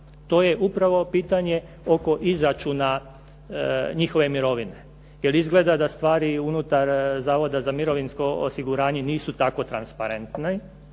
to je upravo pitanje oko izračuna njihove mirovine, jer izgleda da stvari unutar Zavoda za mirovinsko osiguranje nisu tako transparentne,